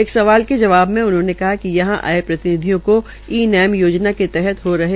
एक सवाल के जवाब में उन्होंने कहा कि यहां आये प्रतिनिधियों को ई नेम योजना के तहत हो रहे है